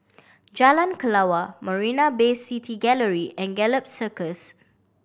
Jalan Kelawar Marina Bay City Gallery and Gallop Circus